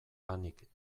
lanik